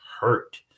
hurt